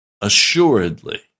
assuredly